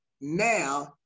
now